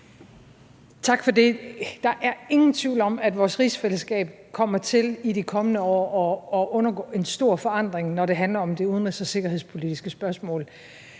Tak for det. Der er ingen tvivl om, at vores rigsfællesskab i de kommende år kommer til at undergå en stor forandring, når det handler om de udenrigs- og sikkerhedspolitiske spørgsmål.